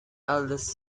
eldest